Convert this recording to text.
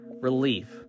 relief